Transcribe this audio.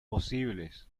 posibles